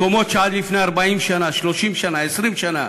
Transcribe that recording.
מקומות שעד לפני 40 שנה, 30 שנה, 20 שנה